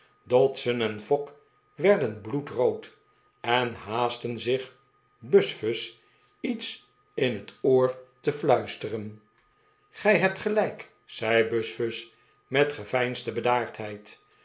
dodson en fogg werden bloedrood en haastten zich buzfuz iets in het oor te fluisteren gij hebt gelijk zei buzfuz met geveinsde bedaardheid